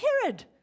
Herod